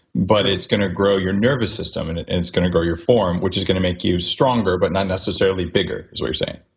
but it's going to grow your nervous system and and it's going to grow your form, which is going to make you stronger but not necessarily bigger is what you're saying?